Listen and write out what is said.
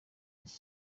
iki